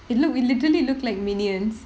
it look~ it literally look like minions